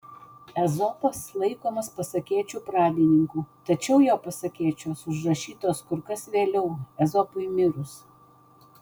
ezopas laikomas pasakėčių pradininku tačiau jo pasakėčios užrašytos kur kas vėliau ezopui mirus